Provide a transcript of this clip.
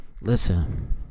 Listen